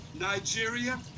Nigeria